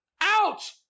Out